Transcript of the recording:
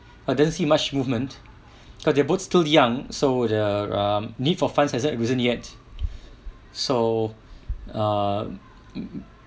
doesn't see much movement because they're both still young so the um need for funds exit wasn't yet so uh